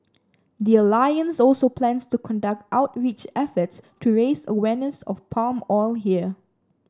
the alliance also plans to conduct outreach efforts to raise awareness of palm oil here